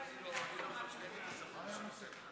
מה היה הנושא?